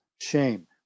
shame